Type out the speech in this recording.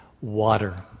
Water